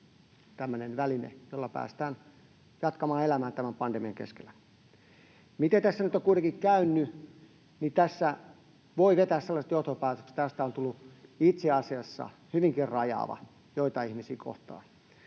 avaava väline, jolla päästään jatkamaan elämää tämän pandemian keskellä. Siitä, miten tässä nyt on kuitenkin käynyt, voi vetää sellaiset johtopäätökset, että tästä on tullut itse asiassa hyvinkin rajaava joitain ihmisiä kohtaan